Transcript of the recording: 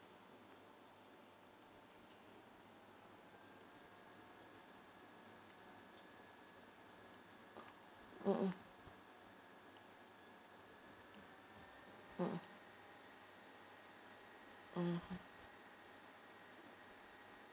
mmhmm mmhmm mm